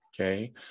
okay